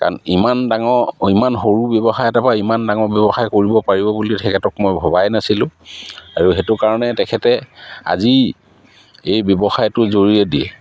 কাৰণ ইমান ডাঙৰ ইমান সৰু ব্যৱসায় এটাৰপৰা ইমান ডাঙৰ ব্যৱসায় কৰিব পাৰিব বুলি তেখেতক মই ভবাই নাছিলোঁ আৰু সেইটো কাৰণে তেখেতে আজি এই ব্যৱসায়টো জৰিয়েদিয়ে